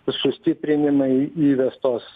sustiprinimai įvestos